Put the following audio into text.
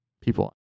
people